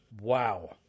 Wow